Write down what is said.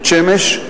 בית-שמש,